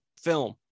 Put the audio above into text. film